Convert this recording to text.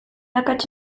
akats